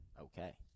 okay